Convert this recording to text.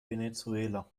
venezuela